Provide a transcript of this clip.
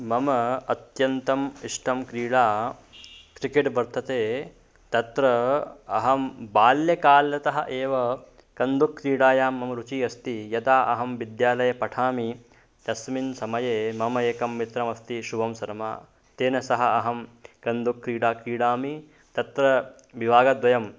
मम अत्यन्तम् इष्टा क्रीडा क्रिकेट् वर्तते तत्र अहं बाल्यकालतः एव कन्दुकक्रीडायां मम रुचिः अस्ति यदा अहं विद्यालये पठामि तस्मिन् समये मम एकं मित्रमस्ति शुभंसर्मा तेन सह अहं कन्दुकक्रीडा क्रीडामि तत्र विभागद्वयम्